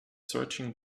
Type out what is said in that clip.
searching